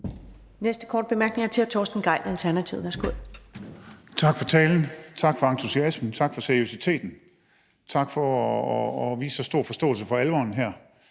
Næste korte bemærkning er til hr. Torsten Gejl, Alternativet. Værsgo. Kl. 14:38 Torsten Gejl (ALT): Tak for talen, tak for entusiasmen, tak for seriøsiteten, tak for at vise så stor forståelse for alvoren i